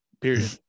Period